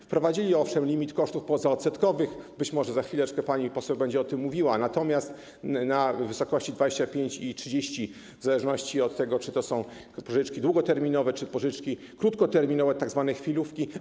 Wprowadzili, owszem, limit kosztów pozaodsetkowych - być może za chwileczkę pani poseł będzie o tym mówiła - natomiast na wysokości 25 i 30, w zależności od tego, czy to są pożyczki długoterminowe czy pożyczki krótkoterminowe, tzw. chwilówki.